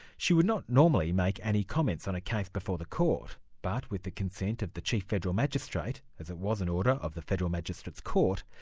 she would not normally make any comments on a case before the court, but with the consent of the chief federal magistrate, as it was an order of the federal magistrates' court,